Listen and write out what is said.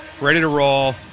ready-to-roll